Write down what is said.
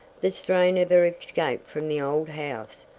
the strain of her escape from the old house,